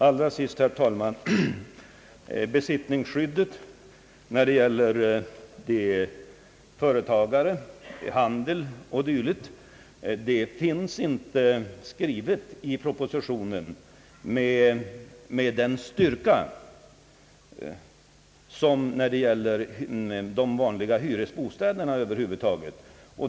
Till sist, herr talman, vill jag säga att besittningsskyddet för företagare inom handeln m.m. inte finns skrivet i propositionen med samma styrka som för innehavarna av de vanliga hyresbostäderna över huvud taget.